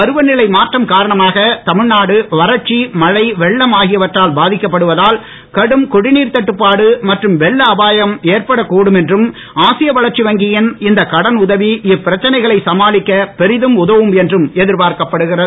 பருவ நிலை மாற்றம் காரணமாக தமிழ்நாடு வரட்சி மழை வெள்ளம் ஆகியவற்றால் பாதிக்கப்படுவதால் கடும் குடீநீர் தட்டுப்பாடு மற்றும் வெள்ள அபாயம் ஏற்படக் கூடும் என்றும் ஆசிய வளர்ச்சி வங்கியின் இந்த கடன் உதவி இப்பிரச்சனைகளை சமாளிக்க பெரிதும் உதவும் என்றும் எதிர்பார்க்கப்படுகிறது